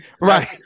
Right